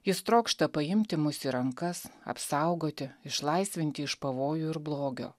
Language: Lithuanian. jis trokšta paimti mus į rankas apsaugoti išlaisvinti iš pavojų ir blogio